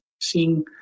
seeing